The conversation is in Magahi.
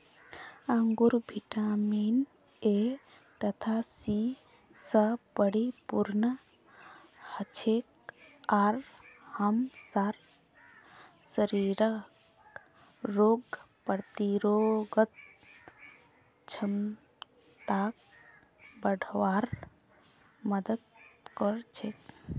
अंगूर विटामिन ए तथा सी स परिपूर्ण हछेक आर हमसार शरीरक रोग प्रतिरोधक क्षमताक बढ़वार मदद कर छेक